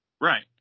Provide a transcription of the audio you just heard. Right